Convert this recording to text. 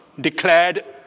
Declared